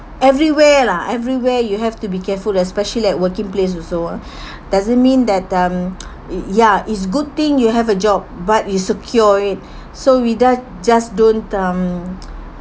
everywhere lah everywhere you have to be careful especially at working place also ah doesn't mean that um y~ ya it's good thing you have a job but you secure it so we just just don't um